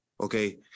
Okay